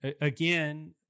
Again